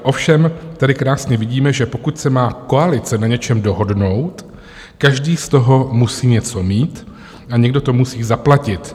Ovšem tady krásně vidíme, že pokud se má koalice na něčem dohodnout, každý z toho musí něco mít a někdo to musí zaplatit.